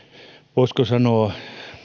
voisiko sanoa